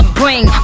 bring